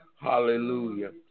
Hallelujah